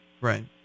Right